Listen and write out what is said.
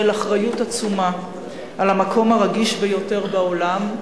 אחריות עצומה למקום הרגיש ביותר בעולם,